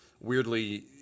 weirdly